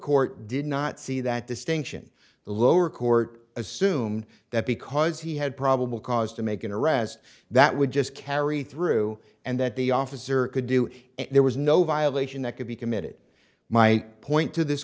court did not see that distinction the lower court assume that because he had probable cause to make an arrest that would just carry through and that the officer could do it there was no violation that could be committed my point to this